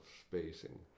spacing